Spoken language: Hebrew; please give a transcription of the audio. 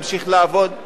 להמשיך לעבוד,